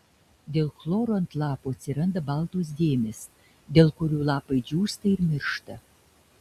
dėl chloro ant lapų atsiranda baltos dėmės dėl kurių lapai džiūsta ir miršta